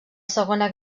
segona